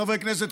חברי הכנסת,